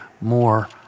more